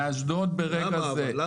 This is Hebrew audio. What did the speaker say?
באשדוד ברגע זה --- למה אבל?